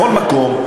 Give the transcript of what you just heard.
בכל מקום,